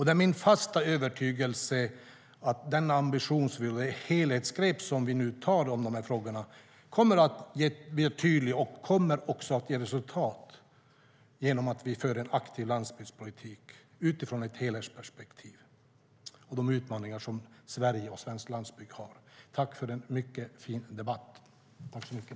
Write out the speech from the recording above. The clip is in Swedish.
Det är min fasta övertygelse att den här ambitionen och det helhetsgrepp som vi nu tar om de här frågorna kommer att ge resultat genom att vi för en aktiv landsbygdspolitik utifrån ett helhetsperspektiv och de utmaningar som Sverige och svensk landsbygd står inför. Tack för en mycket fin debatt!